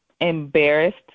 embarrassed